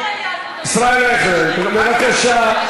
ישראל אייכלר, בבקשה.